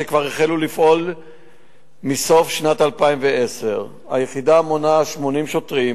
שכבר החלו לפעול בסוף שנת 2010. היחידה מונה 80 שוטרים